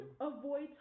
avoid